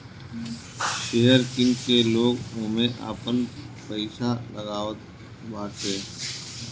share किन के लोग ओमे आपन पईसा लगावताटे